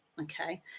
Okay